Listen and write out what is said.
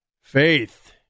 faith